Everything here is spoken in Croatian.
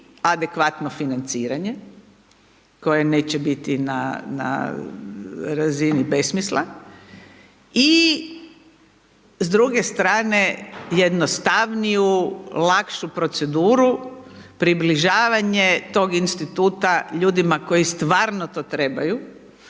adekvatno financiranje koje neće biti na razini besmisla i s druge strane jednostavniju, lakšu proceduru, približavanje tog instituta ljudima koji stvarno to trebaju,